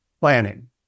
planning